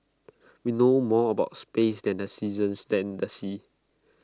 we know more about space than the seasons and the seas